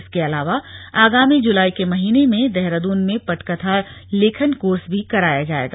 इसके अलावा आगामी जुलाई के महीने में देहरादून में पटकथा लेखन कोर्स भी कराया जायेगा